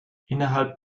innerhalb